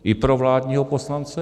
I pro vládního poslance?